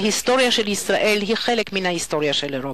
ההיסטוריה של ישראל היא חלק מן ההיסטוריה של אירופה.